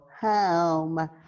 home